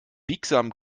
biegsamen